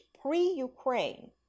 pre-Ukraine